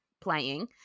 playing